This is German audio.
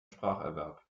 spracherwerb